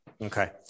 Okay